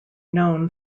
known